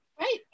Right